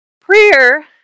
Prayer